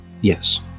Yes